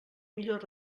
millor